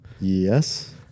Yes